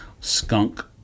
Skunk